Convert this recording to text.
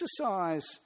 exercise